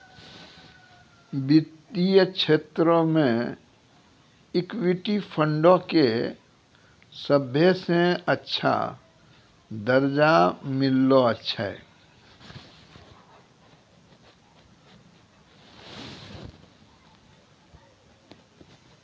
वित्तीय क्षेत्रो मे इक्विटी फंडो के सभ्भे से अच्छा दरजा मिललो छै